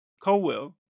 Colwell